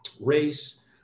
race